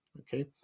okay